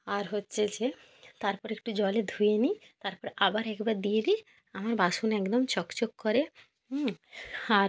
আর হচ্ছে যে তারপরে একটু জলে ধুয়ে নিই তারপর আবার একবার দিয়ে দিই আমার বাসন একদম চকচক করে হুম আর